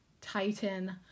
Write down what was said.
titan